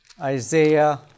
Isaiah